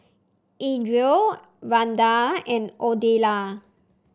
Adrien Randall and Odelia